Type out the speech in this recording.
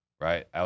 right